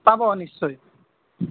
পাব নিশ্চয়